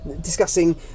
discussing